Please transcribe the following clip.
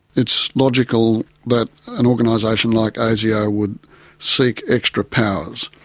it's logical that an organisation like asio would seek extra powers.